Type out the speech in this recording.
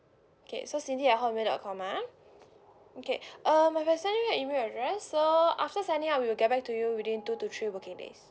K so cindy at hotmail dot com ah okay um I have sent you an email address so after sending I will get back to you within two to three working days